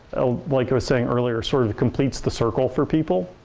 like i was saying earlier, sort of completes the circle for people.